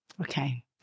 Okay